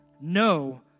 no